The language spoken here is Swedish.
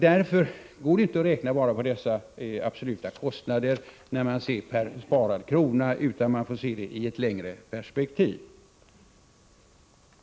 Det går inte att räkna i absoluta kostnader per sparad krona, utan man får se det hela i ett längre perspektiv.